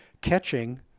catching